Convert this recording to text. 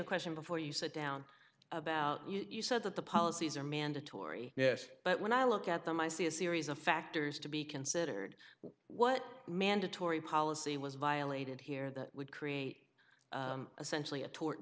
a question before you sit down about you said that the policies are mandatory yes but when i look at them i see a series of factors to be considered what mandatory policy was violated here that would create a centrally a to